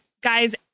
guys